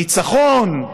ניצחון,